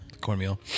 Cornmeal